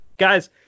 Guys